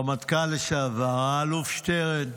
רמטכ"ל לשעבר, האלוף שטרן,